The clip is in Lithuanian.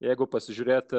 jeigu pasižiūrėti